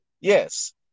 yes